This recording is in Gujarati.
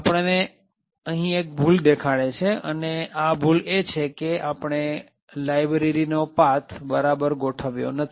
આપણને અહી એક ભૂલ દેખાડે છે અને આ ભૂલ એ છે કે આપણે લાયબ્રેરી નો પાથ બરાબર ગોઠવ્યો નથી